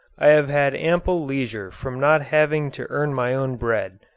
i have had ample leisure from not having to earn my own bread.